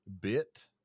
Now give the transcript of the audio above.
bit